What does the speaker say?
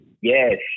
yes